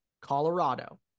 Colorado